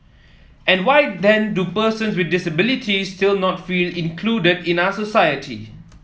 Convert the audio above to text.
and why then do person with disabilities still not feel included in our society